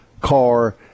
car